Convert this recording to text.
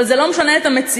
אבל זה לא משנה את המציאות,